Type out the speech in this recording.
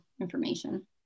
information